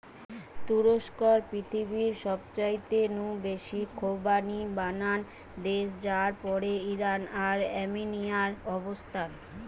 তুরস্ক পৃথিবীর সবচাইতে নু বেশি খোবানি বানানা দেশ যার পরেই ইরান আর আর্মেনিয়ার অবস্থান